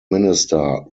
minister